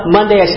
Monday